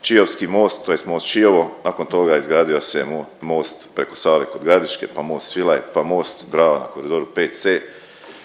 Čiovski most, tj. most Čiovo, nakon toga izgradio se most preko Save kod Gradiške, pa most Svilaj, pa most Drava na koridoru VC,